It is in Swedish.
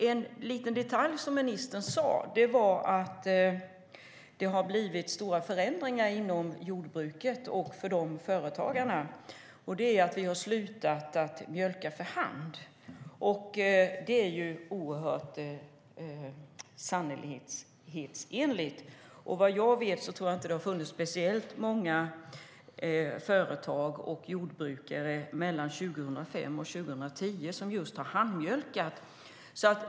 En liten detalj i det som ministern sade var att det blivit stora förändringar inom jordbruket och för företagarna, och det är att vi har slutat att mjölka för hand. Det är oerhört sanningsenligt. Vad jag vet tror jag inte att det har funnits speciellt många företag och jordbrukare 2005-2010 som just har handmjölkat.